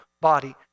body